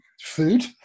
food